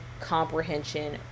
comprehension